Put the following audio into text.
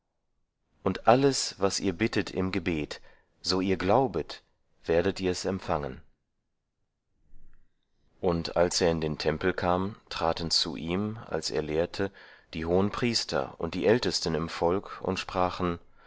und alles was ihr bittet im gebet so ihr glaubet werdet ihr's empfangen und als er in den tempel kam traten zu ihm als er lehrte die hohenpriester und die ältesten im volk und sprachen